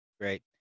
great